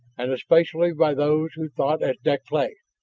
and especially by those who thought as deklay,